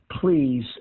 please